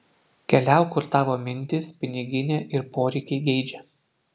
keliauk kur tavo mintys piniginė ir poreikiai geidžia